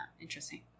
interesting